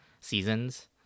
seasons